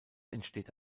entsteht